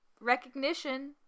recognition